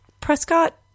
Prescott